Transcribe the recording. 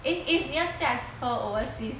eh if 你要驾车 overseas